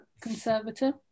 conservator